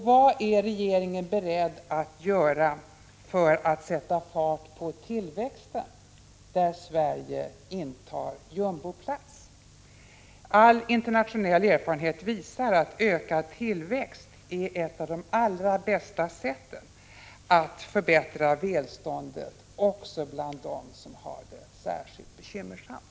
Vad är regeringen beredd att göra för att sätta fart på tillväxten, där Sverige intar jumboplats? All internationell erfarenhet visar att ökad tillväxt är ett av de allra bästa sätten att förbättra välståndet också bland dem som har det särskilt bekymmersamt.